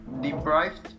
deprived